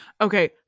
Okay